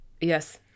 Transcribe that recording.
Yes